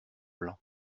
blanc